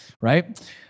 right